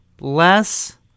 less